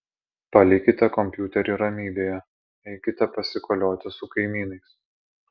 palikite kompiuterį ramybėje eikite pasikolioti su kaimynais